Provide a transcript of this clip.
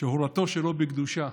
שהורתו שלא בקדושה,